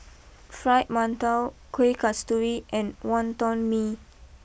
Fried Mantou Kuih Kasturi and Wonton Mee